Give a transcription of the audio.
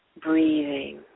Breathing